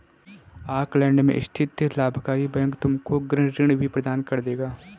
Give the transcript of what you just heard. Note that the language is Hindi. ऑकलैंड में स्थित लाभकारी बैंक तुमको गृह ऋण भी प्रदान कर देगा